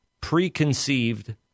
Preconceived